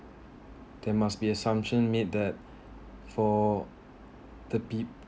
there must be assumption meet that for the peo~